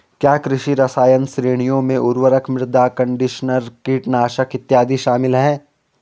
क्या कृषि रसायन श्रेणियों में उर्वरक, मृदा कंडीशनर, कीटनाशक इत्यादि शामिल हैं?